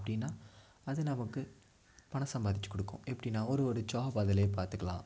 அப்படினா அது நமக்கு பணம் சம்பாரித்து கொடுக்கும் எப்படின்னா ஒரு ஒரு ஜாப் அதுலியே பார்த்துக்கலாம்